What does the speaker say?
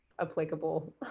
applicable